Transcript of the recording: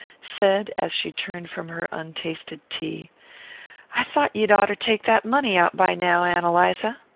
said, as she turned from her untasted tea i thought you'd oughter take that money out by now, ann eliza.